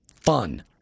fun